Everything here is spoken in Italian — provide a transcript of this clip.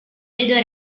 vedo